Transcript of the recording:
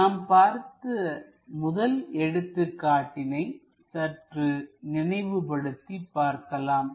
நாம் பார்த்த முதல் எடுத்துக்காட்டினை சற்று நினைவு படுத்தி பார்க்கலாம்